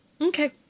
Okay